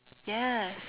yes